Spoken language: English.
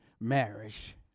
marriage